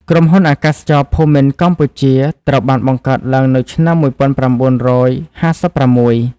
ក្រុមហ៊ុនអាកាសចរភូមិន្ទកម្ពុជា ត្រូវបានបង្កើតឡើងនៅឆ្នាំ ១៩៥៦។